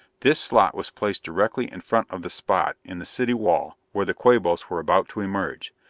this slot was placed directly in front of the spot in the city wall where the quabos were about to emerge.